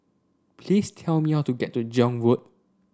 please tell me how to get to Zion Road